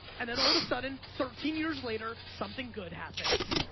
and then all of a sudden thirteen years later something good happens.